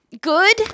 good